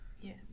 yes